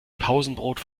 pausenbrot